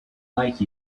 like